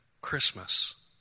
Christmas